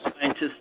Scientists